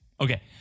Okay